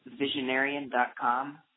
visionarian.com